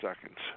seconds